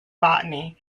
botany